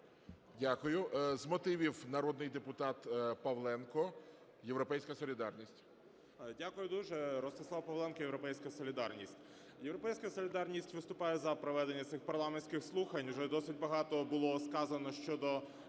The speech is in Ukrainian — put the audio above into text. Дякую. З мотивів – народний депутат Павленко, "Європейська солідарність". 11:55:48 ПАВЛЕНКО Р.М. Дякую дуже. Ростислав Павленко, "Європейська солідарність". "Європейська солідарність" виступає за проведення цих парламентських слухань вже досить багато було сказано щодо